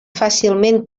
fàcilment